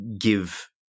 give